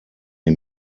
die